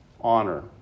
honor